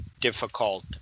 difficult